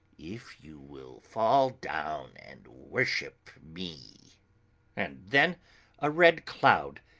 if you will fall down and worship me and then a red cloud,